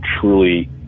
truly